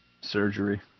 surgery